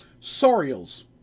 sorials